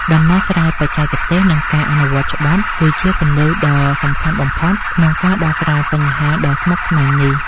ដំណោះស្រាយបច្ចេកទេស និងការអនុវត្តច្បាប់គឺជាគន្លឹះដ៏សំខាន់បំផុតក្នុងការដោះស្រាយបញ្ហាដ៏ស្មុគស្មាញនេះ។